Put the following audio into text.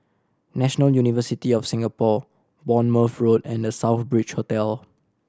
National University of Singapore Bournemouth Road and The Southbridge Hotel